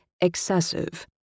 excessive